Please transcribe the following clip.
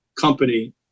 company